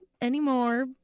anymore